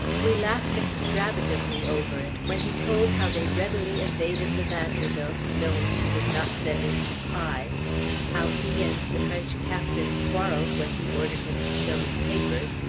we laughed extravagantly over it when he told how they readily evaded the vanderbilt, knowing she would knock them into pie how he and the french captain quarreled when he ordered him to show his papers,